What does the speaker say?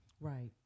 Right